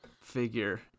figure